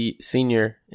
senior